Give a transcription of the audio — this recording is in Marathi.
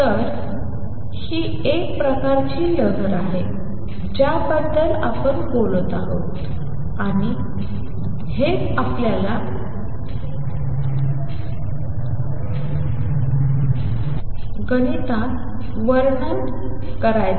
तर ही एक प्रकारची लहर आहे ज्याबद्दल आपण बोलत आहोत आणि हेच आपल्याला गणितात वर्णन करायचे आहे